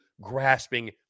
grasping